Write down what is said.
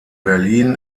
berlin